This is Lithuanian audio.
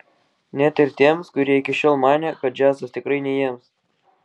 net ir tiems kurie iki šiol manė kad džiazas tikrai ne jiems